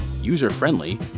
user-friendly